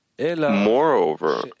Moreover